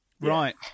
Right